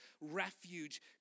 refuge